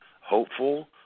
hopeful